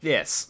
Yes